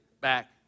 back